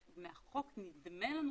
ומהחוק נדמה לנו